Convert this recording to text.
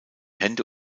hände